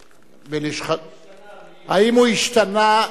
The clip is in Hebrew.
האם הוא השתנה,